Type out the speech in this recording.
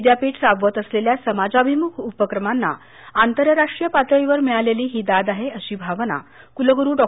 विद्यापीठ राबवत असलेल्या समाजाभिमुख उपक्रमांना आंतरराष्ट्रीय पातळीवर मिळालेली ही दाद आहे अशी भावना कुलगुरू डॉ